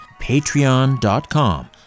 Patreon.com